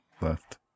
left